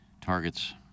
targets